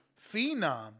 phenom